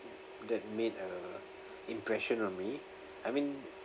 that made a impression on me I mean